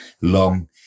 Long